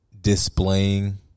Displaying